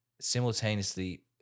simultaneously